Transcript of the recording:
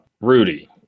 Rudy